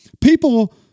people